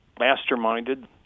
masterminded